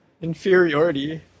inferiority